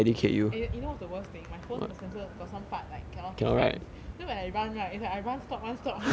and you you know what's the worst thing my phone the sensor got some part like cannot sense then when I run right I run stop run stop run stop [one]